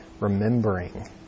remembering